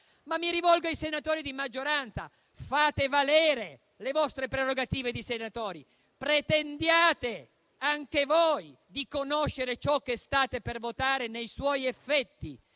Mi rivolgo ai senatori di maggioranza: fate valere le vostre prerogative di senatori, pretendete anche voi di conoscere ciò che state per votare nei suoi effetti.